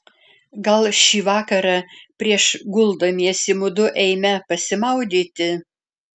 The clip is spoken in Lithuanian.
gal šį vakarą prieš guldamiesi mudu eime pasimaudyti